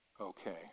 Okay